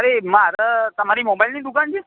મારે તમારી મોબાઇલની દુકાન છે